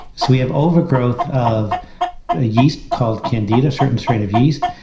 so we have overgrowth of a yeast called candida, a certain strain of yeast,